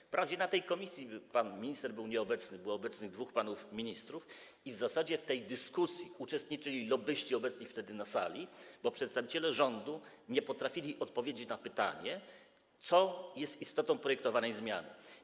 Na tym posiedzeniu komisji pan minister był nieobecny, było obecnych dwóch panów ministrów, i w zasadzie w tej dyskusji uczestniczyli lobbyści obecni wtedy na sali, bo przedstawiciele rządu nie potrafili odpowiedzieć na pytanie, co jest istotą projektowanej zmiany.